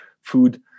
food